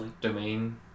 domain